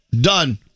Done